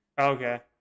Okay